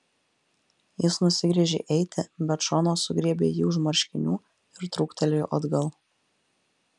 jis nusigręžė eiti bet šona sugriebė jį už marškinių ir trūktelėjo atgal